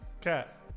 cat